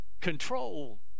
control